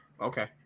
Okay